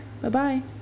Bye-bye